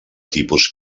tipus